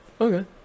Okay